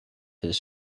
his